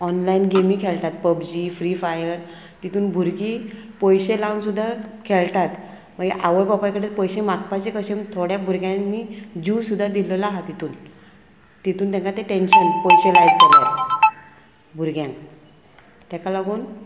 online गेमी खेळटात PUBG free fire तितून भुरगीं पयशे लावन सुद्दां खेळटात मागीर आवय बापाय कडेन पयशे मागपाचे कशे थोड्या भुरग्यांनी जीव सुद्दां दिल्ललो आहा तितून तितून तांकां ते टेंशन पयशे लायतले भुरग्यांक ताका लागून